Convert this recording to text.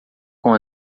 com